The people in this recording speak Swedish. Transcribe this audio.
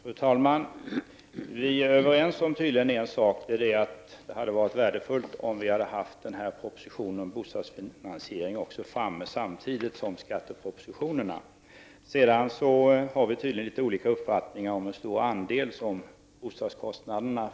I dag är det stor brist på barnomsorgsplatser i många kommuner, beroende dels på lokalbrist, dels på personalbrist. För att råda bot på denna situation prövar man olika modeller för verksamheten. Men många gånger stöter man på ofattbara hinder.